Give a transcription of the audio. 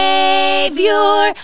Savior